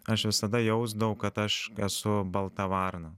aš visada jausdavau kad aš esu balta varna